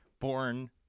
born